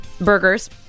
Burgers